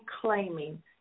claiming